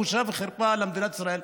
בושה וחרפה למדינת ישראל,